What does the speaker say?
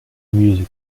music